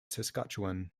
saskatchewan